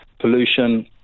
pollution